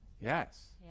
yes